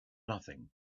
nothing